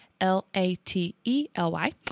L-A-T-E-L-Y